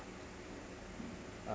uh